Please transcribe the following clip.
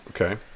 Okay